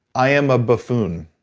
i am a buffoon.